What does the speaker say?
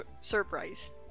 Surprised